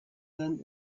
then